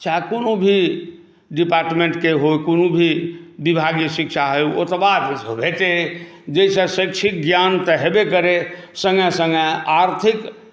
चाहे कोनो भी डिपार्टमेण्टके हो कोनो भी विभागीय शिक्षा होइ ओतबा बूझल हेतै जाहिसँ शैक्षिक ज्ञान तऽ हेबे करै सङ्गहि सङ्ग आर्थिक